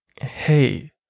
Hey